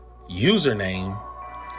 username